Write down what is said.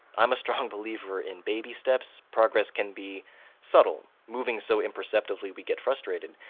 i'm a strong believer in baby steps progress can be subtle, moving so imperceptibly we get frustrated,